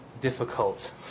difficult